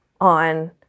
on